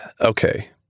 Okay